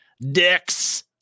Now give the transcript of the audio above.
Dicks